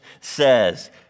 says